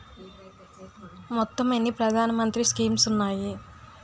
మొత్తం ఎన్ని ప్రధాన మంత్రి స్కీమ్స్ ఉన్నాయి?